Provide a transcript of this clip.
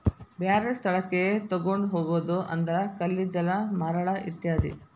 ಬ್ಯಾರೆ ಸ್ಥಳಕ್ಕ ತುಗೊಂಡ ಹೊಗುದು ಅಂದ್ರ ಕಲ್ಲಿದ್ದಲ, ಮರಳ ಇತ್ಯಾದಿ